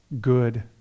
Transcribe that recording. good